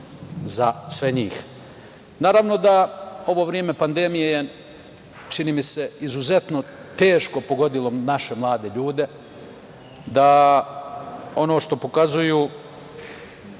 za sve njih. Naravno da ovo vreme pandemije je čini mi se izuzetno teško pogodilo naše mlade ljude, da ono što pokazuju